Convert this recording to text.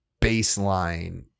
baseline